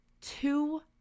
two